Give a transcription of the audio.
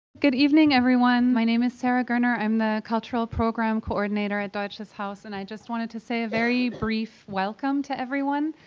good evening, everyone, my name is sarah girner. i'm the cultural program coordinator at deutsches haus, and i just wanted to say a very brief welcome to everyone.